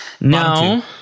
No